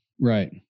right